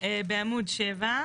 בעמוד 7,